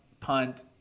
punt